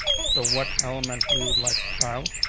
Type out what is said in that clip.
so what elements we would like style.